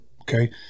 okay